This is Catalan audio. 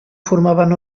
formaven